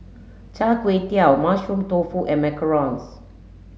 Char Kway Teow mushroom tofu and macarons